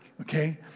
okay